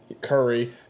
Curry